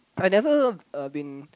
I never uh been